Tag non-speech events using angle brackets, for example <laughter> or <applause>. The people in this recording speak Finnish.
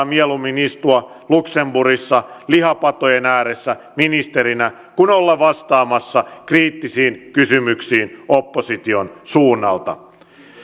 <unintelligible> mieluummin istua luxemburgissa lihapatojen ääressä ministerinä kuin olla vastaamassa kriittisiin kysymyksiin opposition suunnalta